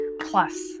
plus